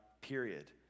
period